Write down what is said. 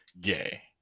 gay